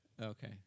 Okay